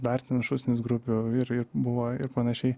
dar ten šūsnis grupių ir ir buvo ir panašiai